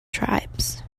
tribes